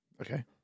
Okay